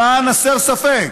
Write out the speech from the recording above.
למען הסר ספק,